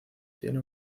tiene